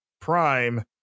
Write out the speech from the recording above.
Prime